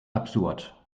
absurd